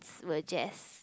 were just